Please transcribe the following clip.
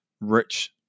rich